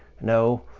No